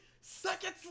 seconds